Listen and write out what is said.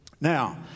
Now